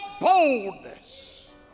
boldness